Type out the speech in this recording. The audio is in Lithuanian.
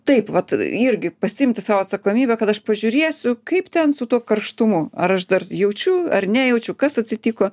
taip vat irgi pasiimti sau atsakomybę kad aš pažiūrėsiu kaip ten su tuo karštumu ar aš dar jaučiu ar nejaučiau kas atsitiko